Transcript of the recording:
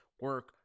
Work